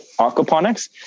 aquaponics